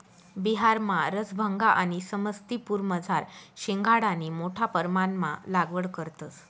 बिहारमा रसभंगा आणि समस्तीपुरमझार शिंघाडानी मोठा परमाणमा लागवड करतंस